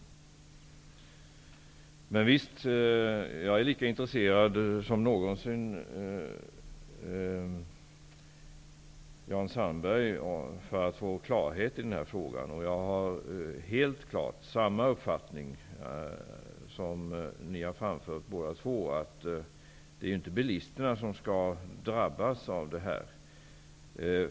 Jag är minst lika intresserad som Jan Sandberg av att klarhet vinnes i den här frågan. Jag har helt klart samma uppfattning som ni båda här har framfört, nämligen att bilisterna inte skall drabbas i detta sammanhang.